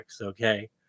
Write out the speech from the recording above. Okay